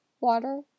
water